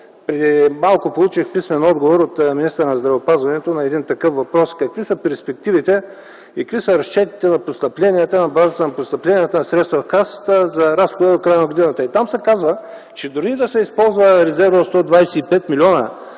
Преди малко получих писмен отговор от министъра на здравеопазването на един такъв въпрос – какви са перспективите и какви са разчетите на базата на постъпленията на средства в Касата за разходи до края на годината? Там се казва, че дори и да се използва резервът от 125 милиона,